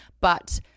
But-